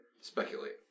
Speculate